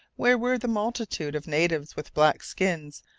where were the multitude of natives, with black skins,